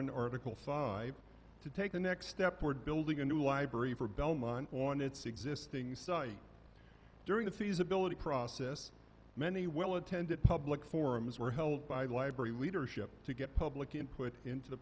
in article five to take the next step toward building a new library for belmont on its existing site during the feasibility process many well attended public forums were held by the library leadership to get public input into the